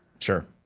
Sure